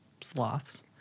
sloths